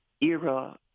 era